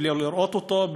בלי לראות אותו,